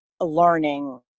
learning